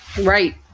Right